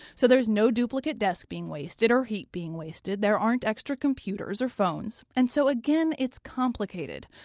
so there's no duplicate desk being wasted, or heat being wasted, there aren't extra computers or phones. and so again, it's complicated.